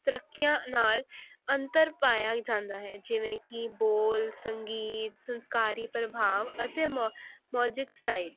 ਤਰੱਕੀਆਂ ਨਾਲ ਅੰਤਰ ਪਾਇਆ ਜਾਂਦਾ ਹੈ ਜਿਵੇਂ ਕੀ ਬੋਲ ਸੰਗੀਤ ਸੰਸਕਾਰੀ ਪ੍ਰਭਾਵ ਅਤੇ ਮੋ ਮੋਜਿਕ ਸਟਾਈਲ